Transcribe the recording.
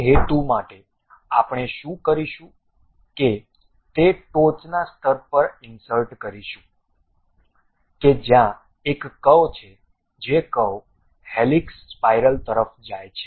તે હેતુ માટે આપણે શું કરીશું કે તે ટોચનાં સ્તર પર ઇન્સર્ટ કરીશું કે જ્યાં એક કર્વ છે જે કર્વ હેલિક્સ સ્પાઇરલ તરફ જાય છે